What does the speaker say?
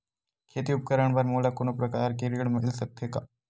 खेती उपकरण बर मोला कोनो प्रकार के ऋण मिल सकथे का?